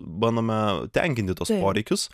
bandome tenkinti tuos poreikius